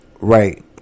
right